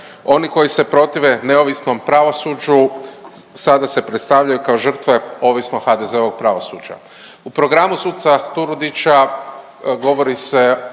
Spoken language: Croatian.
Oni koji se protive neovisnom pravosuđu sada se predstavljaju kao žrtve ovisno od HDZ-ovog pravosuđa. U programu suca Turudića govori se